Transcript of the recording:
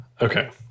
Okay